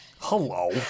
Hello